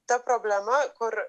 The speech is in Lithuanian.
ta problema kur